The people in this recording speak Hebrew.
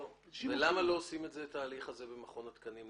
למה לא עושים את התהליך הזה במכון התקנים?